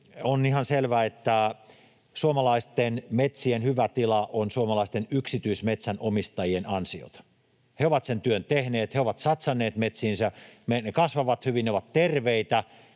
On ihan selvää, että suomalaisten metsien hyvä tila on suomalaisten yksityismetsänomistajien ansiota. He ovat sen työn tehneet, he ovat satsanneet metsiinsä, ne kasvavat hyvin, ne ovat terveitä.